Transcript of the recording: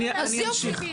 אז יופי.